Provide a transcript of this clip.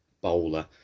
bowler